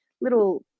little